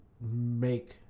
Make